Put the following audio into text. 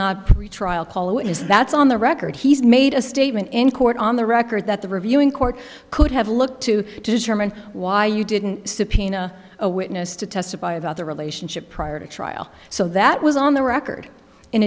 not pretrial paulo is that's on the record he's made a statement in court on the record that the reviewing court could have looked to determine why you didn't subpoena a witness to testify about the relationship prior to trial so that was on the record in